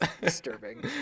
disturbing